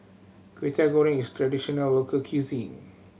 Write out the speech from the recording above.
Kway Teow Goreng is a traditional local cuisine